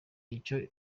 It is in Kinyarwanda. icyo